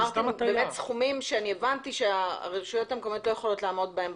אמרתם סכומים שהבנתי שהרשויות המקומיות לא יכולים לעמוד בהם,